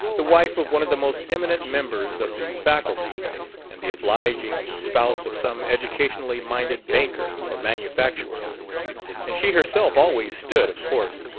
the wife of one of the most eminent members of the faculty and the obliging spouse of some educationally-minded banker or manufacturer and she herself always stood, of course,